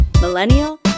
millennial